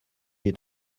est